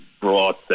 brought